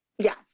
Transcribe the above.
Yes